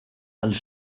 els